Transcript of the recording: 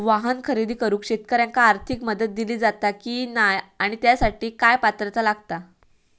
वाहन खरेदी करूक शेतकऱ्यांका आर्थिक मदत दिली जाता की नाय आणि त्यासाठी काय पात्रता लागता?